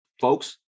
folks